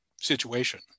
situation